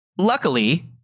luckily